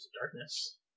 darkness